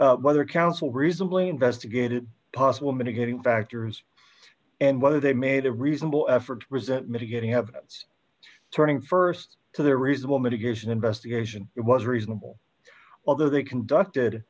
claim whether counsel reasonably investigated possible mitigating factors and whether they made a reasonable effort was that mitigating have turning st to their reasonable mitigation investigation was reasonable although they conducted